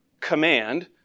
Command